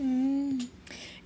mm